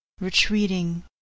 Retreating